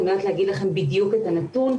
אני לא יודעת להגיד לכם בדיוק את הנתון,